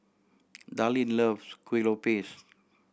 Darlene loves Kuih Lopes